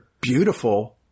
beautiful